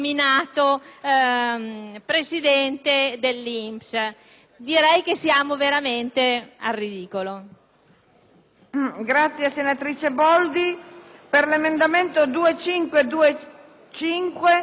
Direi che siamo veramente al ridicolo.